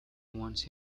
once